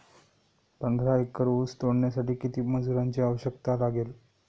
पंधरा एकर ऊस तोडण्यासाठी किती मजुरांची आवश्यकता लागेल?